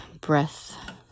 breath